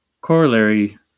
corollary